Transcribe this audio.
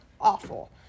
awful